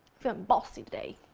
bossy today!